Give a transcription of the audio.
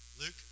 Luke